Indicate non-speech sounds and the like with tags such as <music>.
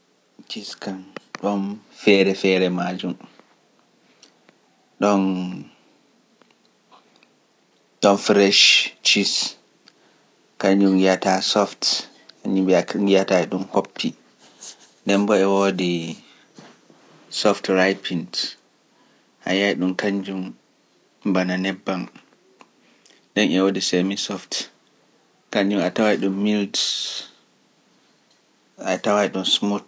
Ɗoon feere feere majum. Ɗoon fresh ciis, kañum yiyata soft, kañum yiyata ɗum hoppi. ɗemmba e woodi soft ripened, a yi’a ɗum kañum bana nebbam, ɗemmba e woodi semisoft. kañum a tawa ɗum milts, a tawa ɗum smoothies, a tawa ɗum <unintelligible>